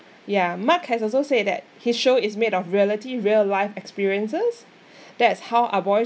yeah mark has also said that his show is made of reality real life experiences that's how ah boys